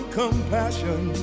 compassion